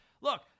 Look